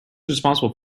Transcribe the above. responsible